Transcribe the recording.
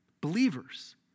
Believers